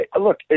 Look